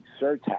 surtax